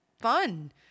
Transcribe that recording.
fun